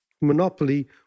monopoly